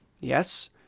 Yes